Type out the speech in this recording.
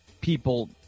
people